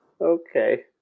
Okay